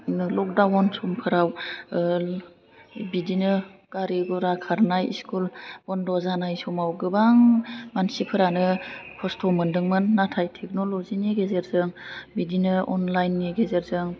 lockdown समफोराव बिदिनो गारि गुरा खारनाय स्कुल बन्द' जानाय समाव गोबां मानसिफोरानो खस्थ' मोनदोंमोन नाथाय टेक्नल'जि नि गेजेरजों बिदिनो अनलाइन नि गेजेरजों